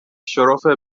شرف